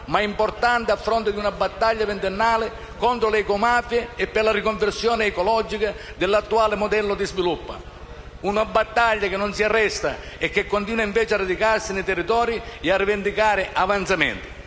ma importante, a fronte di una battaglia ventennale contro le ecomafie e per la riconversione ecologica dell'attuale modello di sviluppo; una battaglia che non si arresta e che continua invece a radicarsi nei territori e a rivendicare avanzamenti.